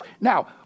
Now